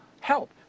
help